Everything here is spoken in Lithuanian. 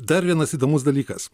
dar vienas įdomus dalykas